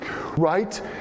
Right